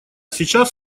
сейчас